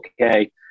okay